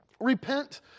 Repent